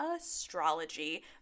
astrology